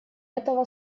этого